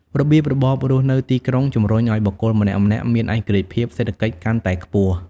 របៀបរបបរស់នៅទីក្រុងជំរុញឱ្យបុគ្គលម្នាក់ៗមានឯករាជ្យភាពសេដ្ឋកិច្ចកាន់តែខ្ពស់។